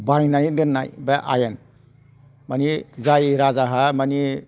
बानायना दोननाय बे आइन मानि जाय राजाहा मानि